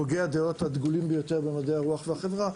הוגי הדעות הגדולים ביותר במדעי הרוח והחברה.